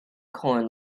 corn